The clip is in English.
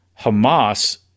Hamas